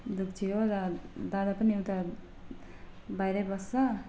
दुक्षी हो र दादा पनि उता बाहिरै बस्छ